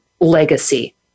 legacy